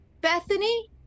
Bethany